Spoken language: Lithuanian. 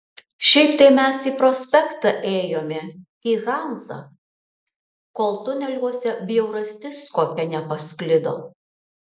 šiaip tai mes į prospektą ėjome į hanzą kol tuneliuose bjaurastis kokia nepasklido